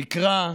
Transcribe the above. מקרא,